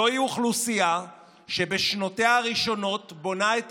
זוהי אוכלוסייה שבשנותיה הראשונות בונה את